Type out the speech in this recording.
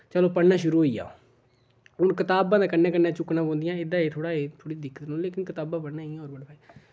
चलो पढ़ना शुरू होई गेआ हून कताबां ते कन्नै कन्नै चुक्कना पौंदियां एह्दा एह् थोड़ा एह् थोड़ी दिक्कत न लेकिन कताबां पढ़ना इयां होर बड़े फायदे न